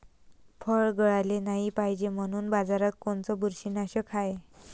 फळं गळाले नाही पायजे म्हनून बाजारात कोनचं बुरशीनाशक हाय?